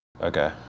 Okay